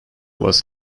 was